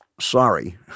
Sorry